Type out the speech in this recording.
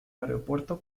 aeropuerto